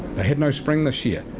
had no spring this year.